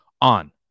on